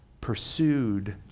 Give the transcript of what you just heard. pursued